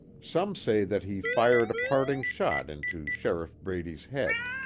some say that he fired a parting shot into sheriff brady's head.